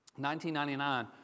1999